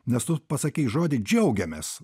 nes tu pasakei žodį džiaugiamės